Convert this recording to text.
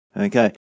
Okay